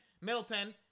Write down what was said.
Middleton